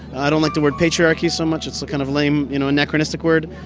i don't like the word patriarchy so much. it's a kind of lame, you know, anachronistic word.